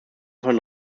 von